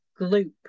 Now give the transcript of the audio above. gloop